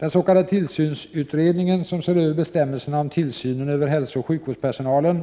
Den s.k. tillsynsutredningen, som ser över bestämmelserna om tillsynen över hälsooch sjukvårdspersonalen,